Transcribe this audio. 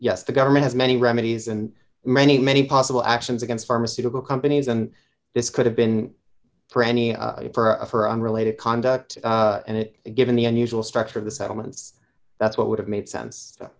yes the government has many remedies and many many possible actions against pharmaceutical companies and this could have been for any for a for unrelated conduct and it given the unusual structure of the settlements that's what would have made sense